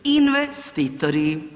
Investitori.